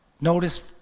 notice